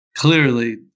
clearly